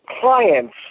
clients